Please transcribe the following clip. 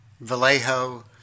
Vallejo